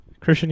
Christian